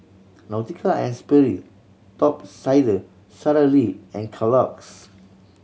Nautica and Sperry Top Sider Sara Lee and Kellogg's